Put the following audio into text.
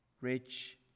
rich